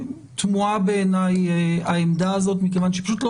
תמוהה בעיניי העמדה הזאת מכיוון שהיא פשוט לא